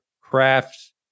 crafts